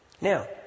Now